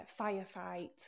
firefight